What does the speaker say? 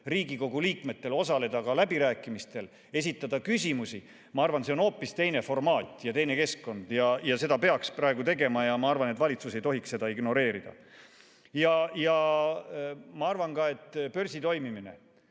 Riigikogu liikmetel osaleda ka läbirääkimistel ja esitada küsimusi, ma arvan, on hoopis teine formaat ja teine keskkond. Seda peaks praegu tegema ja ma arvan, et valitsus ei tohiks seda ignoreerida. Ma arvan ka, et börsi toimimine,